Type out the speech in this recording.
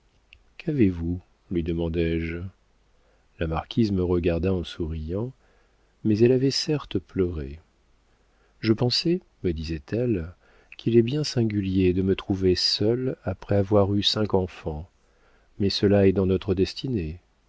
qu'avez-vous lui demandai-je la marquise me regarda en souriant mais elle avait certes pleuré je pensais me disait-elle qu'il est bien singulier de me trouver seule après avoir eu cinq enfants mais cela est dans notre destinée